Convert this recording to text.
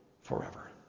forever